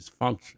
dysfunction